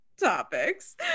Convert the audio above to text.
topics